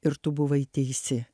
ir tu buvai teisi